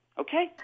Okay